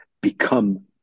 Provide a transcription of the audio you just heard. become